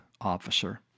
officer